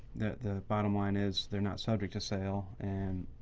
that the bottom line is, they're not subject to sale and,